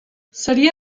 seria